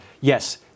Yes